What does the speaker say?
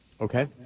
Okay